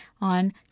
on